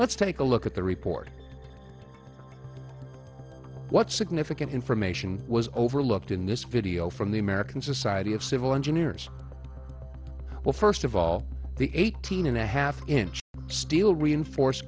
let's take a look at the report what significant information was overlooked in this video from the american society of civil engineers well first of all the eighteen and a half inch steel reinforced